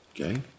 okay